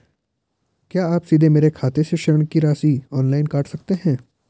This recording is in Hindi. क्या आप सीधे मेरे खाते से ऋण की राशि ऑनलाइन काट सकते हैं?